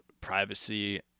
privacy